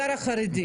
משרות סטודנט,